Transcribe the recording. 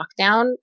lockdown